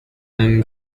than